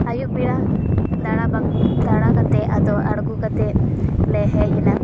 ᱟᱭᱩᱵ ᱵᱮᱲᱟ ᱫᱟᱸᱲᱟ ᱫᱟᱸᱲᱟ ᱠᱟᱛᱮ ᱟᱫᱚ ᱟᱲᱜᱚ ᱠᱟᱛᱮ ᱞᱮ ᱦᱮᱡ ᱮᱱᱟ